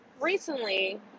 recently